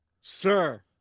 Sir